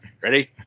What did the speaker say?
ready